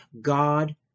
God